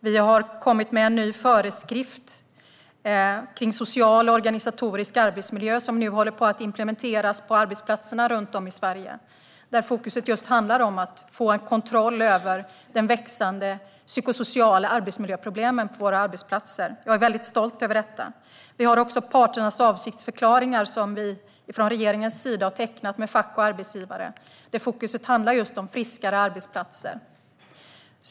Vi har kommit med en ny föreskrift om social och organisatorisk arbetsmiljö. Den håller nu på att implementeras på arbetsplatserna runt om i Sverige. Fokus i den ligger just på att få kontroll över de växande psykosociala arbetsmiljöproblemen på våra arbetsplatser. Jag är stolt över den. Vi har också parternas avsiktsförklaringar som regeringen har tecknat med fack och arbetsgivare. Där ligger fokus just på friskare arbetsplatser.